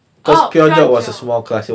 oh pure geog